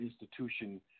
institution